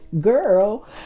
girl